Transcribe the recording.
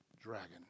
dragon